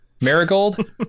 Marigold